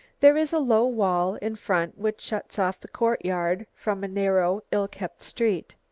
there is a low wall in front which shuts off the courtyard from a narrow, ill-kept street.